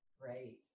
Great